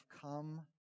come